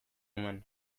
nuen